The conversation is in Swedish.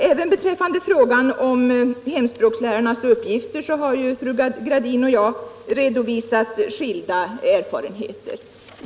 Även beträffande frågan om hemspråkslärarnas uppgifter har fru Gradin och jag redovisat skilda erfarenheter.